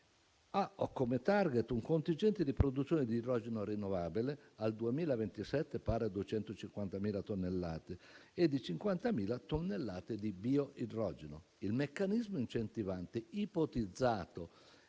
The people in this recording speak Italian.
ha come *target* un contingente di produzione di idrogeno rinnovabile al 2027 pari a 250.000 tonnellate e di 50.000 tonnellate di bioidrogeno. Il meccanismo incentivante ipotizza